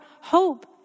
hope